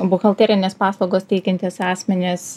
buhalterines paslaugas teikiantys asmenys